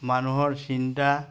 মানুহৰ চিন্তা